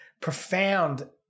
profound